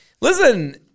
listen